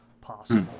possible